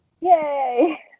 Yay